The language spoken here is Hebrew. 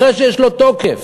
אחרי שיש לו תוקף.